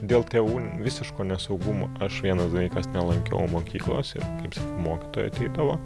dėl tėvų visiško nesaugumo aš vienas vaikas nelankiau mokyklos ir mokytojai ateidavo